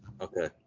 Okay